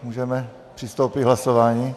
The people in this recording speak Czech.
Můžeme přistoupit k hlasování?